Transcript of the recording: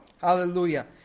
Hallelujah